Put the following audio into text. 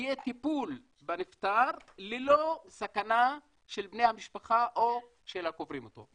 יהיה טיפול בנפטר ללא סכנה של בני המשפחה או של הקוברים אותו.